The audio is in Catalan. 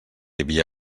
havia